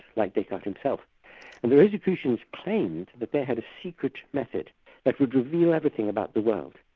like descartes himself. and the rosicrucians claimed that they had a secret method that would reveal everything about the world,